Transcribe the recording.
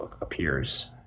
appears